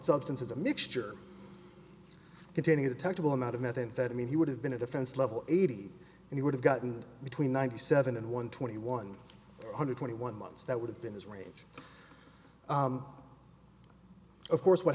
substance as a mixture containing a detectable amount of methamphetamine he would have been a defense level eighty and he would have gotten between ninety seven and one twenty one hundred twenty one months that would have been his rage of course what